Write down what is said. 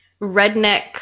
redneck